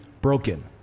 broken